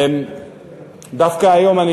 דווקא היום,